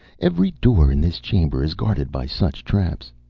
every door in this chamber is guarded by such traps.